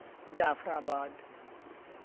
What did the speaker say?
جعفر آباد